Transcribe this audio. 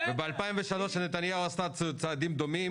בסדר --- וב-2003 כשנתניהו עשה צעדים דומים,